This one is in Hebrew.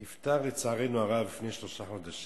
נפטר, לצערנו הרב, לפני שלושה חודשים,